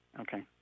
Okay